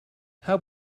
how